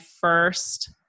first